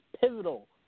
pivotal